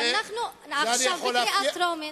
עכשיו בקריאה טרומית,